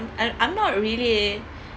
I'm I'm not really